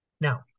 Now